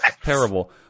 terrible